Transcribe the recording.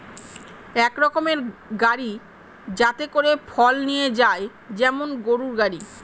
এক রকমের গাড়ি যাতে করে ফল নিয়ে যায় যেমন গরুর গাড়ি